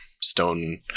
stone